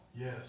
Yes